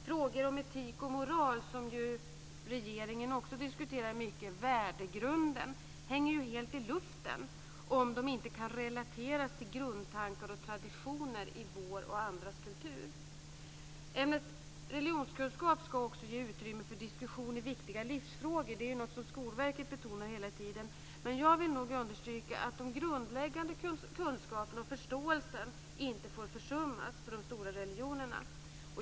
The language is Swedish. Frågor om etik och moral - värdegrunden - som också regeringen diskuterar mycket hänger helt i luften om de inte kan relateras till grundtankar och traditioner i vår kultur och andras kulturer. Ämnet religionskunskap ska också ge utrymme för diskussion i viktiga livsfrågor. Det är något som Skolverket betonar hela tiden. Men jag vill understryka att den grundläggande kunskapen och förståelsen inte får försummas för de stora religionerna.